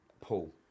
Paul